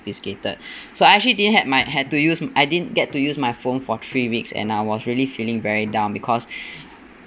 ~fiscated so I actually didn't have my had to use I didn't get to use my phone for three weeks and I was really feeling very down because